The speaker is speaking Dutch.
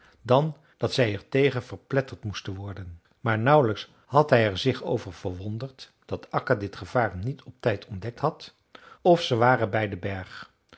dan dat zij er tegen verpletterd moesten worden maar nauwelijks had hij er zich over verwonderd dat akka dit gevaar niet op tijd ontdekt had of ze waren bij den berg